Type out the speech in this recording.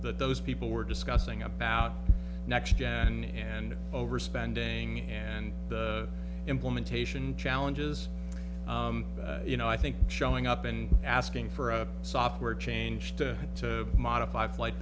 that those people were discussing about next gen and overspending and the implementation challenges you know i think showing up and asking for a software change to to modify flight